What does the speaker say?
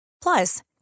Plus